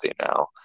now